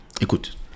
Écoute